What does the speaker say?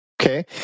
Okay